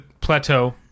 Plateau